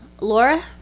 laura